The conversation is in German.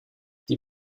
die